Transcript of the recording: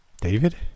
David